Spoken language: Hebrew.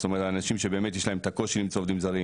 זאת אומרת אנשים שבאמת יש להם את הקושי למצוא עובדים זרים,